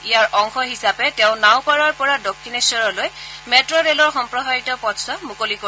ইয়াৰ অংশ হিচাপে তেওঁ নাওপাৰাৰ পৰা দক্ষিণেখৰলৈ মেট্ ৰেলৰ সম্প্ৰসাৰিত পথছোৱা মুকলি কৰিব